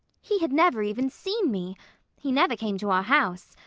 he had never even seen me he never came to our house.